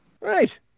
Right